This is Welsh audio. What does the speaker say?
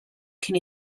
cyn